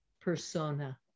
persona